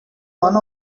one